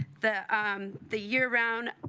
the um the year-round